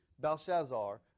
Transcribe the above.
Belshazzar